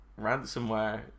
ransomware